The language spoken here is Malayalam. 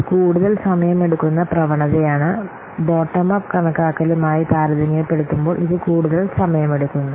ഇത് കൂടുതൽ സമയമെടുക്കുന്ന പ്രവണതയാണ് ബോട്ടം അപ്പ് കണക്കാക്കലുമായി താരതമ്യപ്പെടുത്തുമ്പോൾ ഇത് കൂടുതൽ സമയമെടുക്കുന്നു